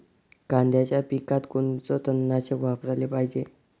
कांद्याच्या पिकात कोनचं तननाशक वापराले पायजे?